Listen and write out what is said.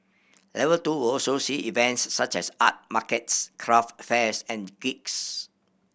level two also see events such as art markets craft fairs and gigs